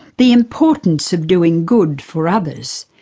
the importance of doing good for others,